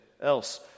else